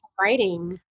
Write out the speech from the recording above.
writing